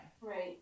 Right